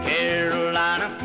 Carolina